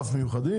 ממשלתי?